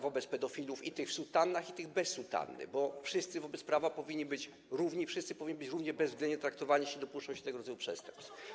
wobec pedofilów: i tych w sutannach, i tych bez sutanny, bo wszyscy wobec prawa powinni być równi i wszyscy powinni być równie bezwzględnie traktowani, jeśli dopuszczą się tego rodzaju przestępstw.